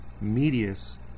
medius